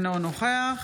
אינו נוכח